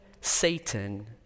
Satan